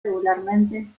regularmente